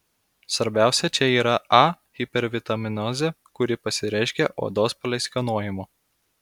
svarbiausia čia yra a hipervitaminozė kuri pasireiškia odos pleiskanojimu